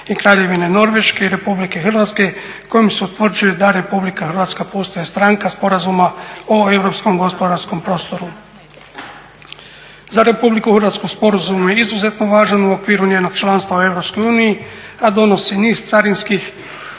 i Kraljevine Norveške i Republike Hrvatske kojom se odlučuje da Republika Hrvatska postaje stranka Sporazuma o europskom gospodarskom prostoru. Za Republiku Hrvatsku sporazum je izuzetno važan u okviru njenog članstva u Europskoj uniji a donosi niz carinskih